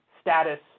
status